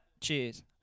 cheers